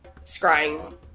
scrying